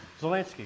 Zelensky